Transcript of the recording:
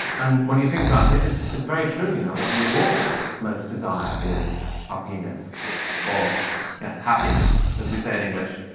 and when you think about it, it's it's very true you know what we all most desire is a penis or yeah happiness as we say in english.